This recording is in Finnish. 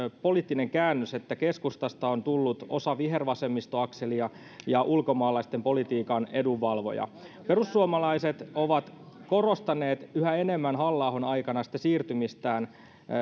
poliittinen käännös että keskustasta on tullut osa vihervasemmistoakselia ja ulkomaalaisten politiikan edunvalvoja perussuomalaiset ovat korostaneet yhä enemmän halla ahon aikana siirtymistään